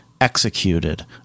executed